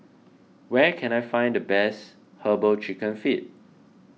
where can I find the best Herbal Chicken Feet